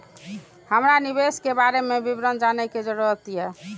हमरा निवेश के बारे में विवरण जानय के जरुरत ये?